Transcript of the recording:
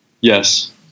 Yes